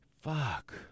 fuck